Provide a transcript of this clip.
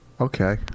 Okay